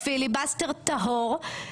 פיליבסטר טהור,